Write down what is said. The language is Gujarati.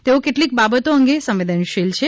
તેઓ કેટલીક બાબતો અંગે સંવેદનશીલ છે